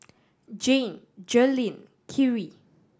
Jan Jerilynn Khiry